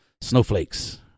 snowflakes